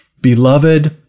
Beloved